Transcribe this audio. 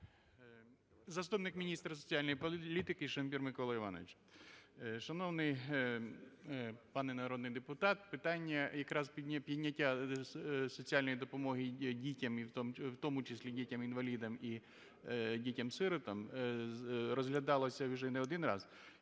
Заступник міністра соціальної політики Шамбір Микола Іванович. Шановний пане народний депутат, питання якраз підняття соціальної допомоги дітям, і в тому числі дітям-інвалідам і дітям-сиротам, розглядалося вже не один раз,